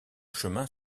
chemin